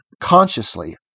consciously